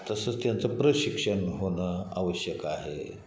तसं त्यांचं प्रशिक्षण होणं आवश्यक आहे